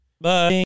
Bye